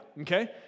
okay